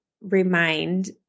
remind